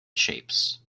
shapes